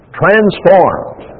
transformed